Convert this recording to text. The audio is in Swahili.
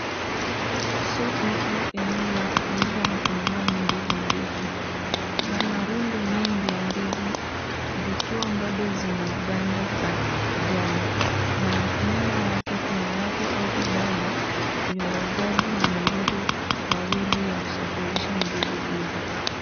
Soko au eneo la kuuza na kununua ndizi mbichi. Kuna marundo mengi ya ndizi zikiwa bado zina ganda la kijani na nyuma yake, kuna watu au vibanda vya wauzaji na malori mawili ya kusafirisha ndizi hizo.